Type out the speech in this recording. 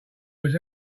was